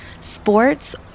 sports